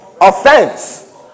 Offense